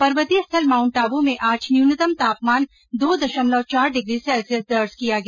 पर्वतीय स्थल माउंट आबू में आज न्यूनतम तापमान दो दशमलव चार डिग्री सैल्सियस दर्ज किया गया